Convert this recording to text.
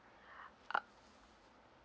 uh